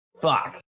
fuck